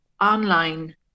online